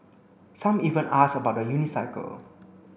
some even ask about the unicycle